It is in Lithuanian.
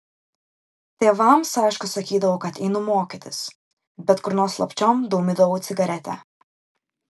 tėvams aišku sakydavau kad einu mokytis bet kur nors slapčiom dūmydavau cigaretę